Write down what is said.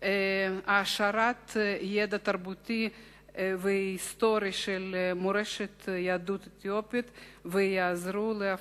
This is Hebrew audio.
העשרת הידע התרבותי וההיסטורי של מורשת יהדות אתיופיה ויעזרו להפצתו.